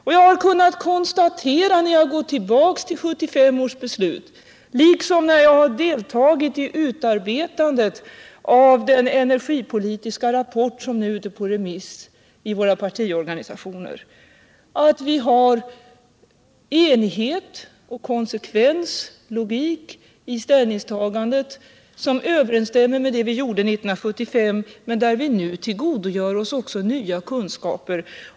När jag gått tillbaka till 1975 års beslut, liksom när jag deltagit i utarbetandet av den energipolitiska rapport som nu är ute på remiss i våra partiorganisationer, har jag kunnat konstatera att det finns enighet, konsekvens och logik i ställningstagandet. Det överensstämmer med vad vi gjorde 1975, men vitillgodogör oss nu de nya kunskaperna.